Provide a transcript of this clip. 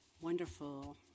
wonderful